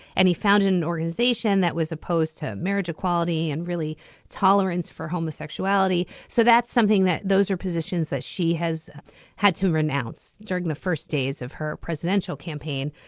and he found an organization that was opposed to marriage equality and really tolerance for homosexuality. so that's something that those are positions that she has had to renounce during the first days of her presidential campaign.